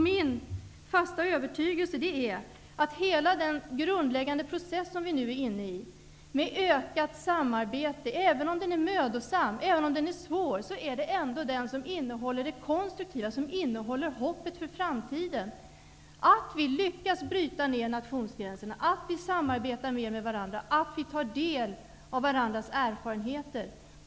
Min fasta övertygelse är att hela den grundläggande process med ökat samarbete som vi nu är inne i, även om den är mödosam och svår, är den som innehåller det konstruktiva och hoppet för framtiden. Vi måste lyckas med att bryta ner nationsgränserna, samarbeta mer med varandra och ta del av varandras erfarenheter.